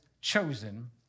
chosen